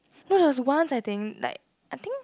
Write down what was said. no there was once I think like I think